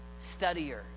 studier